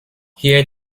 hier